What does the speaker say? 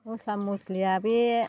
मस्ला मस्लिया बे